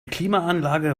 klimaanlage